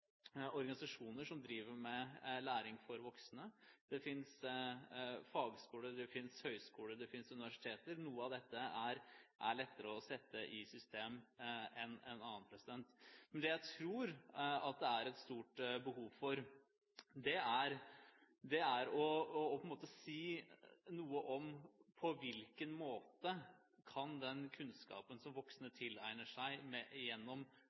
fagskoler, høyskoler og universiteter. Noe av dette er lettere å sette i system enn annet. Det jeg tror det er et stort behov for å si noe om, er: På hvilken måte kan den kunnskapen som voksne tilegner seg gjennom veldig mange ulike utøvingsformer, brukes også inn mot de mer institusjonaliserte utdanningsinstitusjonene? Hvordan greier vi å vise på hvilken måte vi setter pris på den læringen som